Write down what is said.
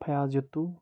Fayaz یتوٗ